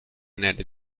nelle